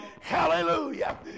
hallelujah